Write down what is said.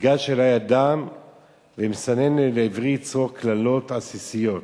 ניגש אלי אדם ומסנן לעברי צרור קללות עסיסיות.